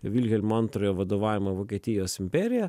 vilhelmo antrojo vadovaujama vokietijos imperija